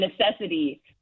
necessity